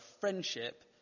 friendship